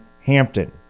Hampton